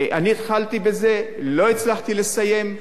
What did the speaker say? אני התחלתי בזה, לא הצלחתי לסיים,